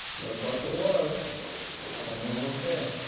look's like it was, it's coming out okay.